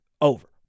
over